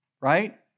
Right